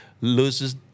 loses